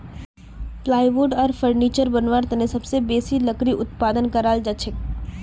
plywood आर furniture बनव्वार तने सबसे बेसी लकड़ी उत्पादन कराल जाछेक